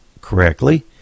correctly